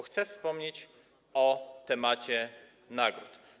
Chcę wspomnieć o temacie nagród.